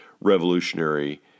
revolutionary